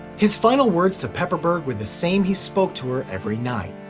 his final words to pepperberg were the same he spoke to her every night.